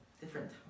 different